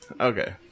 Okay